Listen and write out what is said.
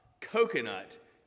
coconut